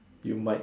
you might